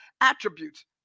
attributes